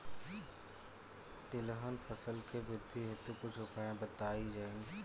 तिलहन फसल के वृद्धी हेतु कुछ उपाय बताई जाई?